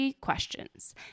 questions